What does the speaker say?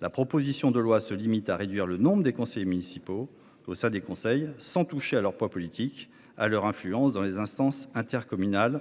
La proposition de loi se limite à réduire le nombre de conseillers municipaux au sein des conseils, sans toucher à leur poids politique et à leur influence dans les instances intercommunales